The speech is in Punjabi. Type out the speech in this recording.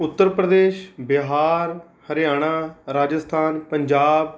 ਉੱਤਰ ਪ੍ਰਦੇਸ਼ ਬਿਹਾਰ ਹਰਿਆਣਾ ਰਾਜਸਥਾਨ ਪੰਜਾਬ